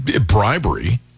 bribery